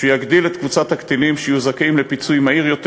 יגדיל את קבוצת הקטינים שיהיו זכאים לפיצוי מהיר יותר